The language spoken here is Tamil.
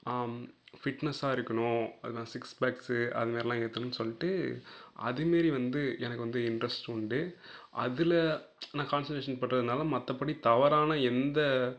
ஃபிட்னஸாக இருக்கணும் அதான் சிக்ஸ் பேக்ஸு அதுமாரிலாம் ஏத்தணும்ன்னு சொல்லிட்டு அதுமாரி வந்து எனக்கு வந்து இன்ட்ரெஸ்ட் உண்டு அதில் நான் கான்செண்ட்ரேஷன் பண்ணுறதுனால மற்றபடி தவறான எந்த